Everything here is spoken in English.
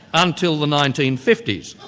until the nineteen fifty s.